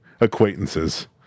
Acquaintances